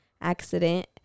accident